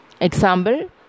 Example